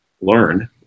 learn